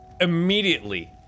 immediately